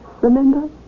Remember